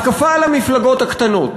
ההתקפה על המפלגות הקטנות,